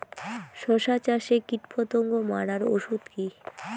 শসা চাষে কীটপতঙ্গ মারার ওষুধ কি?